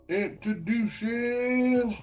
introducing